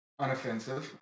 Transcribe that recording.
unoffensive